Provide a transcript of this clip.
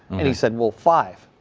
and he said we'll five.